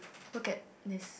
look at this